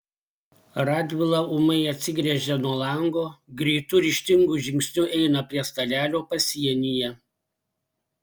radvila ūmai atsigręžia nuo lango greitu ryžtingu žingsniu eina prie stalelio pasienyje